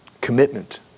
commitment